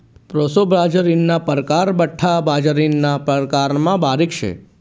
proso बाजरीना परकार बठ्ठा बाजरीना प्रकारमा बारीक शे